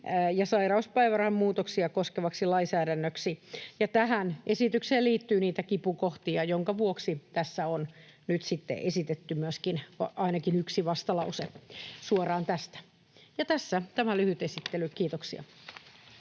ja sairauspäivärahan muutoksia koskevaksi lainsäädännöksi. Tähän esitykseen liittyy niitä kipukohtia, jonka vuoksi tässä on nyt sitten esitetty myöskin ainakin yksi vastalause suoraan tästä. — Ja tässä tämä lyhyt esittely, kiitoksia.